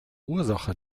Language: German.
ursache